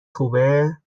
خوبه